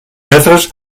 metres